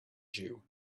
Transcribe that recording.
jew